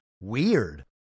Weird